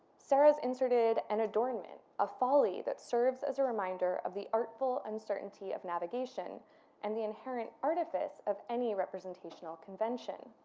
serres inserted an and adornment, a folly that serves as a reminder of the artful uncertainty of navigation and the inherent artifice of any representational convention.